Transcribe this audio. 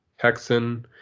Hexen